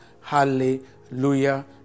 hallelujah